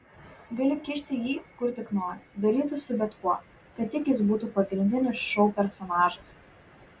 gali kišti jį kur tik nori dalytis su bet kuo kad tik jis būtų pagrindinis šou personažas